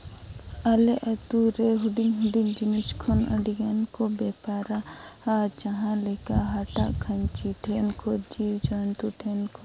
ᱟᱞᱮ ᱟᱹᱛᱩ ᱨᱮ ᱦᱩᱰᱤᱧ ᱦᱩᱰᱤᱧ ᱡᱤᱱᱤᱥ ᱠᱷᱚᱱ ᱟᱹᱰᱤᱜᱟᱱ ᱠᱚ ᱵᱮᱯᱟᱨᱟ ᱟᱨ ᱡᱟᱦᱟᱸ ᱞᱮᱠᱟ ᱦᱟᱴᱟᱜ ᱠᱷᱟᱹᱧᱪᱤ ᱴᱷᱮᱱ ᱠᱷᱚᱱ ᱡᱤᱵᱽᱼᱡᱚᱱᱛᱩ ᱴᱷᱮᱱ ᱠᱷᱚᱱ